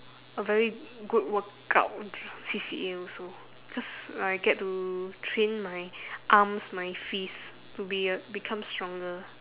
a very good workout dr~ C_C_A also because I get to train my arms my fist to be a become stronger